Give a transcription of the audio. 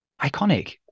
iconic